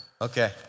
Okay